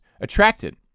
attracted